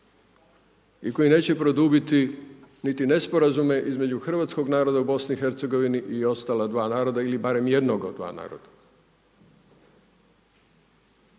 i koji neće produbiti niti nesporazume između hrvatskog naroda u BiH i ostala dva naroda ili barem jednog od dva naroda.